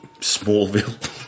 Smallville